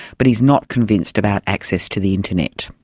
but he's not convinced about access to the internet.